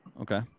Okay